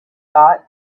thought